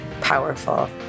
powerful